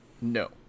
No